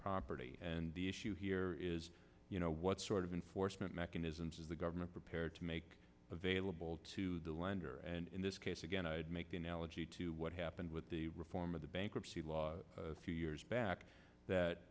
property and the issue here is you know what sort of enforcement mechanisms is the government prepared to make available to the lender and in this case again i would make the analogy to what happened with the reform of the bankruptcy law few years back that